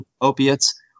opiates